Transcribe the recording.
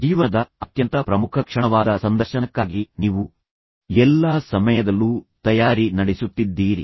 ಜೀವನದ ಅತ್ಯಂತ ಪ್ರಮುಖ ಕ್ಷಣವಾದ ಸಂದರ್ಶನಕ್ಕಾಗಿ ನೀವು ಎಲ್ಲಾ ಸಮಯದಲ್ಲೂ ತಯಾರಿ ನಡೆಸುತ್ತಿದ್ದೀರಿ